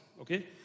okay